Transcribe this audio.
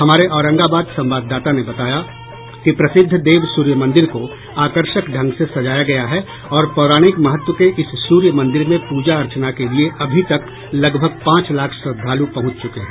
हमारे औरंगाबाद संवाददाता ने बताया कि प्रसिद्ध देव सूर्य मंदिर को आकर्षक ढंग से सजाया गया है और पौराणिक महत्व के इस सूर्य मंदिर में पूजा अर्चना के लिये अभी तक लगभग पांच लाख श्रद्धालु पहुंच चुके हैं